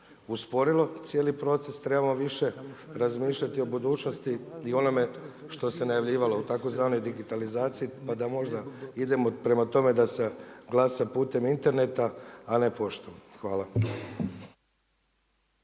usporilo cijeli proces, trebamo više razmišljati o budućnosti i onome što se najavljivalo u tzv. digitalizaciji. Pa da možda idemo prema tome da se glasa putem interneta a ne poštom. Hvala.